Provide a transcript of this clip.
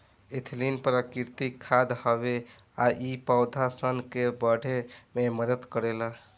ethylene प्राकृतिक खाद हवे आ इ पौधा सन के बढ़े में मदद करेला